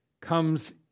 comes